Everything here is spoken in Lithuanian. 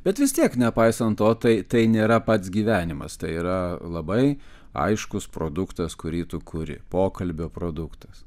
bet vis tiek nepaisant to tai tai nėra pats gyvenimas tai yra labai aiškus produktas kurį tu kuri pokalbio produktas